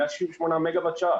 של 168 מגה-ואט שעה.